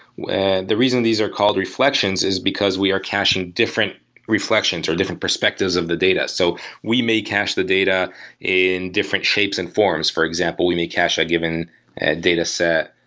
the reasons these are called reflections is because we are caching different reflections or different perspectives of the data. so we may cache the data in different shapes and forms, for example. we may cache a given dataset